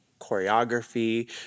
choreography